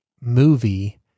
movie